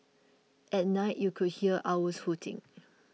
at night you could hear owls hooting